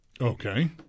Okay